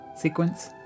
sequence